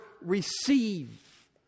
receive